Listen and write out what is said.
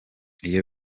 iyo